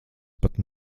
pat